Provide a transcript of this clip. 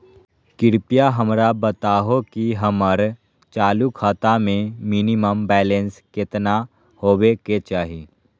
कृपया हमरा बताहो कि हमर चालू खाता मे मिनिमम बैलेंस केतना होबे के चाही